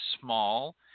small